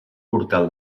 portal